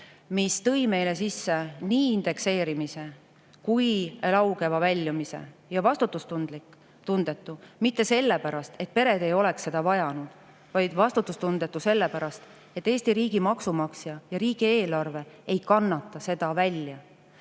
mis tõi meile nii indekseerimise kui ka lauge väljumise. Ja vastutustundetu mitte sellepärast, et pered ei oleks seda vajanud, vaid vastutustundetu sellepärast, et Eesti riigi maksumaksja ja riigieelarve ei kannata seda välja.